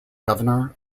governor